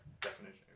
definition